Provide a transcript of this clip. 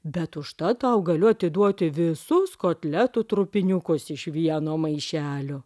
bet užtat tau galiu atiduoti visus kotletų trupiniukus iš vieno maišelio